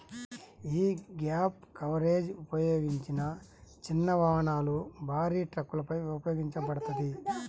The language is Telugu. యీ గ్యాప్ కవరేజ్ ఉపయోగించిన చిన్న వాహనాలు, భారీ ట్రక్కులపై ఉపయోగించబడతది